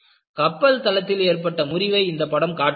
கப்பல் தளத்தில் ஏற்பட்ட முறிவை இந்த படம் காட்டுகிறது